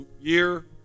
year